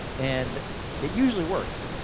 and it usually works.